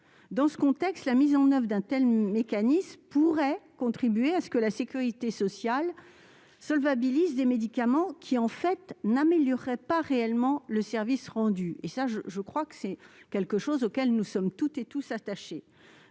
Dans ce contexte, la mise en oeuvre d'un tel mécanisme pourrait contribuer à ce que la sécurité sociale solvabilise des médicaments qui n'amélioreraient pas réellement le service rendu. C'est un point auquel nous sommes, je crois, toutes et tous attachés.